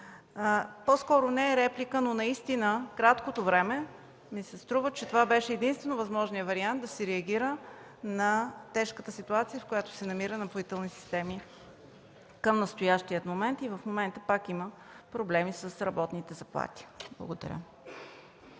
По-скоро не е реплика, но наистина в краткото време ми се струва, че това беше единствено възможният вариант да се реагира на тежката ситуация, в която се намира „Напоителни системи” към настоящия момент, и в момента пак има проблеми с работните заплати. Благодаря.